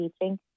teaching